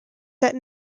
set